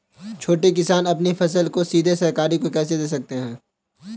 छोटे किसान अपनी फसल को सीधे सरकार को कैसे दे सकते हैं?